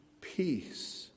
peace